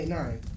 nine